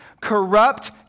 Corrupt